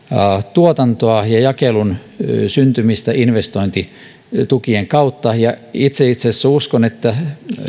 tuotantoa ja jakelun syntymistä investointitukien kautta itse itse asiassa uskon itse että